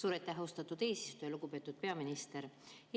Suur aitäh, austatud eesistuja! Lugupeetud peaminister!